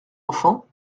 enfant